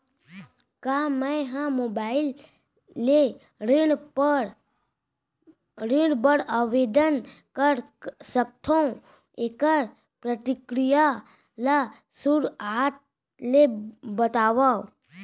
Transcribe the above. का मैं ह मोबाइल ले ऋण बर आवेदन कर सकथो, एखर प्रक्रिया ला शुरुआत ले बतावव?